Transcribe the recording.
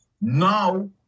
Now